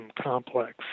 complex